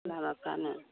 लामाफ्रानो